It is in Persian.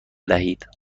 دهید